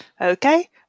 Okay